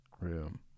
room